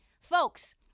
Folks